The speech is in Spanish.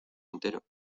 entero